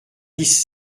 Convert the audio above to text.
dix